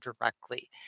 directly